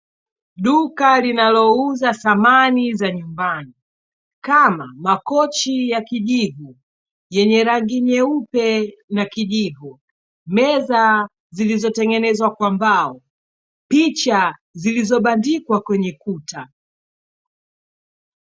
Duka linalouza samani za nyumbani kama makochi ya kijivu yenye rangi nyeupe na kijivu, meza zilizotengenezwa kwa mbao, picha zilizobandikwa kwenye kuta.